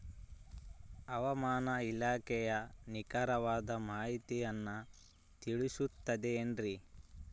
ಹವಮಾನ ಇಲಾಖೆಯ ನಿಖರವಾದ ಮಾಹಿತಿಯನ್ನ ತಿಳಿಸುತ್ತದೆ ಎನ್ರಿ?